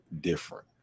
different